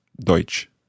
Deutsch